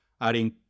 adding